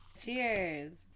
cheers